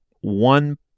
One